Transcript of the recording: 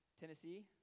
Tennessee